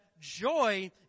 joy